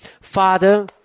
Father